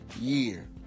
year